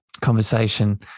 conversation